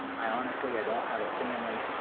i honestly, i don't have a family.